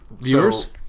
viewers